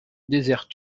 désert